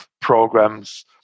programs